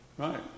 Right